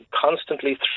constantly